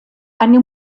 eine